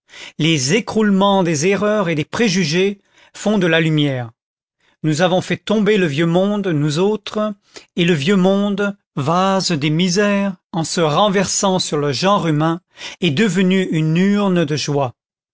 les écroulements des erreurs et des préjugés font de la lumière nous avons fait tomber le vieux monde nous autres et le vieux monde vase des misères en se renversant sur le genre humain est devenu une urne de joie